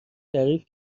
تعریف